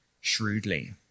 shrewdly